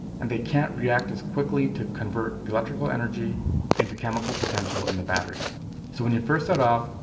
and they can't react as quickly to convert the electric energy into chemical potential in the battery. so when you first set off,